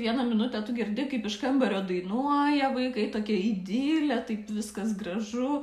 vieną minutę tu girdi kaip iš kambario dainuoja vaikai tokia idilė taip viskas gražu